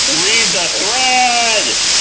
read the threeeeaad!